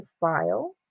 file